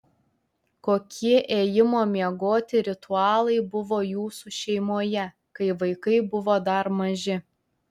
kokie ėjimo miegoti ritualai buvo jūsų šeimoje kai vaikai buvo dar maži